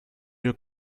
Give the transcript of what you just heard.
you